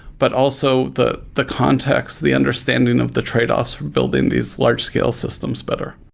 but also the the context, the understanding of the tradeoffs for building these large scale systems better.